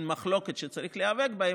שאין מחלוקת שצריך להיאבק בהן,